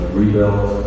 rebuilt